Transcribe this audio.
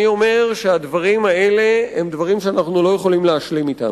אני אומר שהדברים האלה הם דברים שאנחנו לא יכולים להשלים אתם.